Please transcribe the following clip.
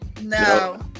No